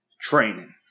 training